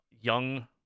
young